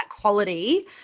quality